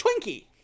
Twinkie